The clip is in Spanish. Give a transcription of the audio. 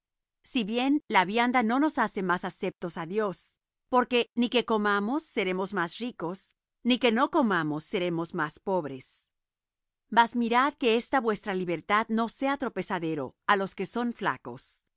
si bien la vianda no nos hace más aceptos á dios porque ni que comamos seremos más ricos ni que no comamos seremos más pobres mas mirad que esta vuestra libertad no sea tropezadero á los que son flacos